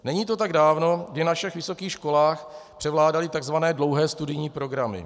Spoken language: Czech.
Není to tak dávno, kdy na všech vysokých školách převládaly tzv. dlouhé studijní programy.